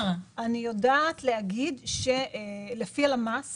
אני יודעת להגיד שלפי הלמ"ס